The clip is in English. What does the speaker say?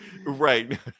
Right